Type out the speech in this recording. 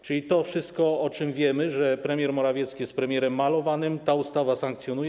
Czyli to wszystko, o czym wiemy, że premier Morawiecki jest premierem malowanym, ta ustawa sankcjonuje.